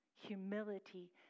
humility